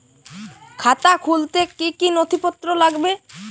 খাতা খুলতে কি কি নথিপত্র লাগবে?